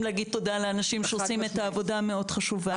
להגיד תודה לאנשים שעושים את העבודה מאוד חשובה.